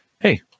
Hey